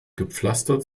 gepflastert